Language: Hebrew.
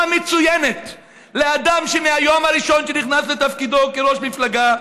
מצוינת לאדם שמהיום הראשון שנכנס לתפקידו כראש מפלגה,